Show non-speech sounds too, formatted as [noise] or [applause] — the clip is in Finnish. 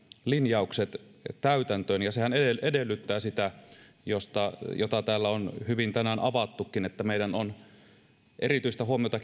linjaukset täytäntöön ja sehän edellyttää sitä mitä täällä on hyvin tänään avattukin että meidän on kiinnitettävä erityistä huomiota [unintelligible]